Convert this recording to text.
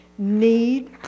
need